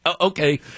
okay